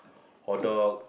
hotdog